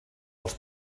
els